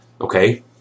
Okay